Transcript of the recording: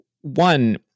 One